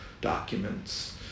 documents